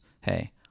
hey